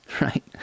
right